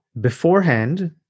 beforehand